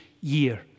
year